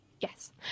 Yes